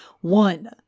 One